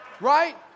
right